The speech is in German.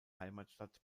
heimatstadt